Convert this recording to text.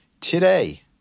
Today